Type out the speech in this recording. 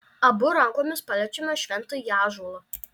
abu rankomis paliečiame šventąjį ąžuolą